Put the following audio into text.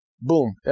Boom